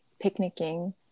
picnicking